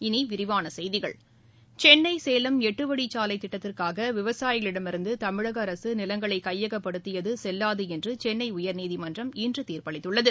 இனி விரிவான செய்திகள சென்னை சேலம் எட்டுவழிச்சாலை திட்டத்திற்காக விவசாயிகளிடமிருந்து தமிழக அரசு நிலங்களை கையகப்படுத்தியது செல்லாது என்று சென்னை உயர்நீதிமன்றம் இன்று தீர்ப்பளித்துள்ளது